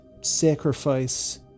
sacrifice